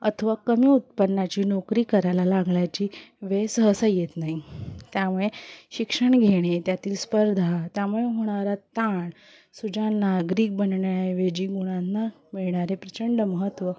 अथवा कमी उत्पन्नाची नोकरी करायला लागण्याची वेळ सहसा येत नाही त्यामुळे शिक्षण घेणे त्यातील स्पर्धा त्यामुळे होणारा ताण सुजाण नागरिक बनण्याऐवजी गुणांना मिळणारे प्रचंड महत्त्व